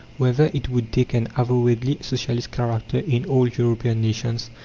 whether it would take an avowedly socialist character in all european nations,